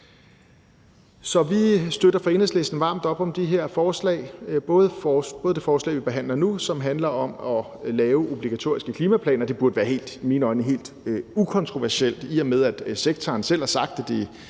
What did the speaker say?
Så vi støtter fra Enhedslistens side varmt op om de her forslag, både det forslag, vi behandler nu, som handler om at lave obligatoriske klimaplaner, hvilket i mine øjne burde være helt ukontroversielt, i og med at sektoren selv har sagt,